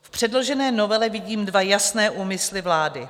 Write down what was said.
V předložené novele vidím dva jasné úmysly vlády.